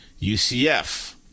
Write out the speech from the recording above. UCF